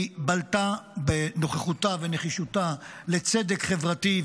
היא בלטה בנוכחותה ובנחישותה לצדק חברתי,